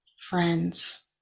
friends